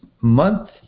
month